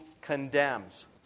condemns